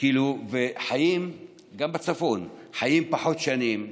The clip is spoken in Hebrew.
גם בצפון, חיים פחות שנים,